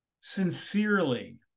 Sincerely